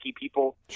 people